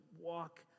walk